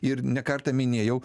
ir ne kartą minėjau